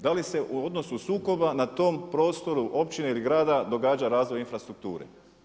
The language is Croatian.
Da li se u odnosu sukoba na tom prostoru općine ili grada događa razvoj infrastrukture?